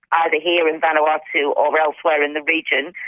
either here in vanuatu or elsewhere in the region.